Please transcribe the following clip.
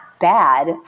bad